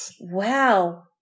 wow